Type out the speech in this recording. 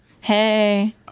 Hey